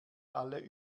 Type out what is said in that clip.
alle